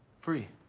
free.